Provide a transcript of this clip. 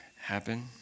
happen